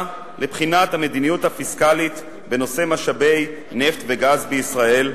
לבחינת המדיניות הפיסקלית בנושא משאבי נפט וגז בישראל,